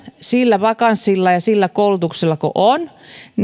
sillä vakanssilla ja sillä koulutuksella kuin on